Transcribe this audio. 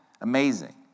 Amazing